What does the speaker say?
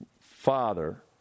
father